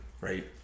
right